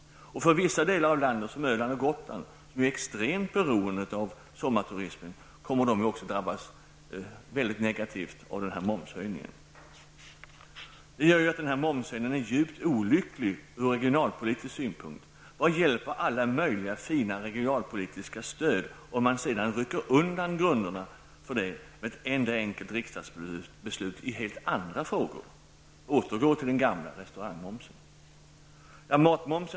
Vissa delar av landet som Öland och Gotland som är extremt beroende av sommarturismen kommer att drabbas mycket negativt av momshöjningen. Denna momshöjning är djupt olycklig ur regionalpolitisk synpunkt. Vad hjälper alla möjliga fina regionalpolitiska stöd om man sedan rycker undan grunderna med ett enda enkelt riksdagsbeslut i helt andra frågor? Återgå till den gamla restaurangmomsen! För det tredje gäller det matmomsen.